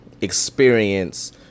experience